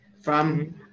from-